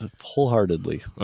wholeheartedly